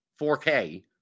4K